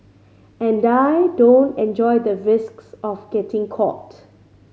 and I don't enjoy the risks of getting caught